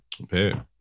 Okay